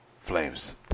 Flames